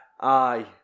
Aye